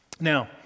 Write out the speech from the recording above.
Now